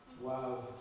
wow